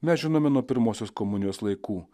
mes žinome nuo pirmosios komunijos laikų